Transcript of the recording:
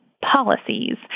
policies